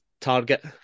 target